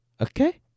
okay